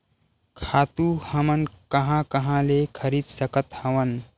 खातु हमन कहां कहा ले खरीद सकत हवन?